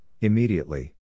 immediately